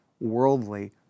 worldly